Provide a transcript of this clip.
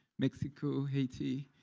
mexico, haiti.